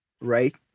Right